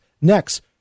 Next